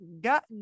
Got